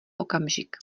okamžik